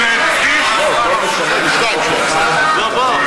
של חבר הכנסת איימן עודה,